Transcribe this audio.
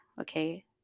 okay